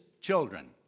children